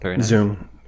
Zoom